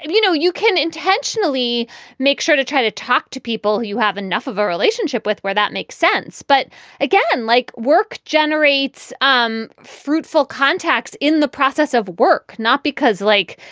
and you know, you can intentionally make sure to try to talk to people. you have enough of a relationship with where that makes sense but again, like work generates um fruitful contacts in the process of work, not because, like,